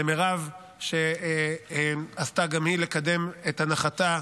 למירב, שעשתה גם היא לקדם את הנחתה,